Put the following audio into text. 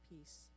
Peace